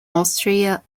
austria